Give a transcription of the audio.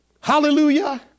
Hallelujah